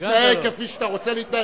תתנהג כפי שאתה רוצה להתנהג.